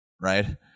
right